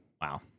Wow